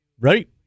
Right